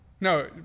No